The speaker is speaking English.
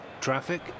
Traffic